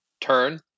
turn